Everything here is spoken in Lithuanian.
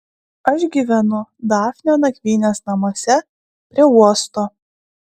aš gyvenu dafnio nakvynės namuose prie uosto